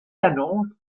annonce